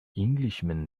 englishman